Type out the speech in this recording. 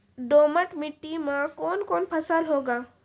दोमट मिट्टी मे कौन कौन फसल होगा?